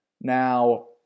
Now